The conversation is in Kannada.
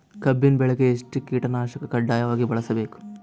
ಕಬ್ಬಿನ್ ಬೆಳಿಗ ಎಷ್ಟ ಕೀಟನಾಶಕ ಕಡ್ಡಾಯವಾಗಿ ಬಳಸಬೇಕು?